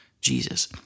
Jesus